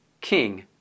king